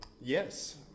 Yes